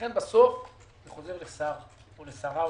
לכן בסוף זה חוזר לשר או למשרד.